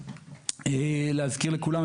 להזכיר לכולם,